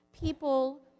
People